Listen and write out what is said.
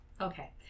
Okay